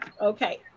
okay